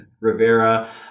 Rivera